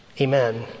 Amen